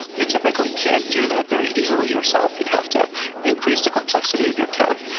you typically can't do that very easily yourself. you'd have to increase the complexity of your code.